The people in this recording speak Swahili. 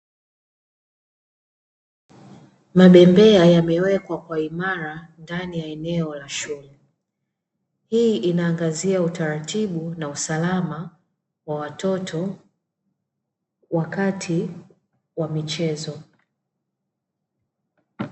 Mabembea yamewekwa kwa imara ndani ya eneo la shule, hii inaangazia utaratibu na usalama wa watoto wakati wa michezo.